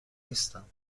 نیستم